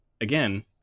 again